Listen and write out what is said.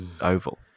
oval